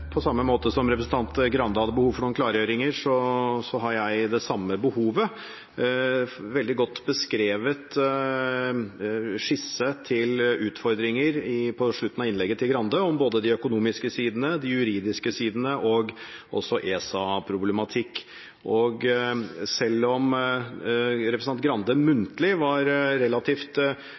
Grande hadde behov for noen klargjøringer, har jeg det samme behovet. Skissen over utfordringer er veldig godt beskrevet på slutten av innlegget til Grande, både om de økonomiske sidene, de juridiske sidene og også ESA-problematikken, men selv om representanten Grande muntlig var relativt